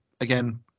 again